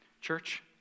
Church